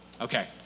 Okay